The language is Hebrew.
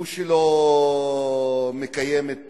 הוא שלא מקיים את